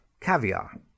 caviar